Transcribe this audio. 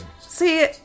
See